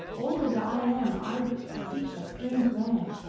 old as i am i wished to seek a strange land,